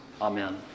Amen